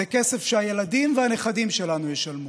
זה כסף שהילדים והנכדים שלנו ישלמו.